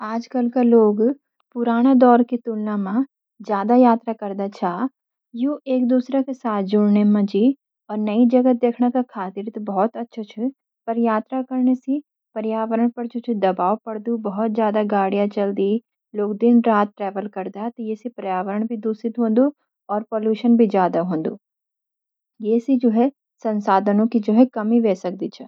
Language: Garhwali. आजकल का लोग पुराना दौर की तुलना म ज्यादा यात्रा करदा छ। यू एक दूसरा के साथ जुड़न मंजी और नई जगह देखन का खातिर त बहुत अछू छ पर यात्रा कन सी पर्यावरण पर दबाव पड़ दु। बहुत ज्यादा गाड़ी चल्दी, लोग दिन रात ट्रैवल करदा त एसी पर्यावरण भी दूषित हों दु और पॉल्यूशन भी ज्यादा हों दु, ये सी जु है साधनौ की कमी वेई स्क्दी छ।